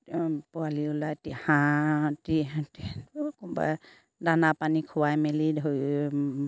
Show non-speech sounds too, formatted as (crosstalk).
পোৱালি ওলাই (unintelligible) কোনোবাই দানা পানী খুৱাই মেলি ধৰি